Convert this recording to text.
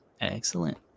Excellent